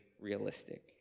realistic